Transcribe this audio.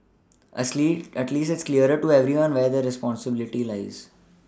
as least at least it's clearer to everyone where the responsibility lies